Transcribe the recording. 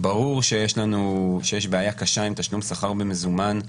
ברור שיש בעיה קשה עם תשלום שכר במזומן,